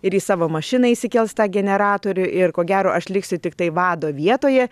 ir į savo mašiną įsikels tą generatorių ir ko gero aš liksiu tiktai vado vietoje